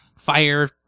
Fire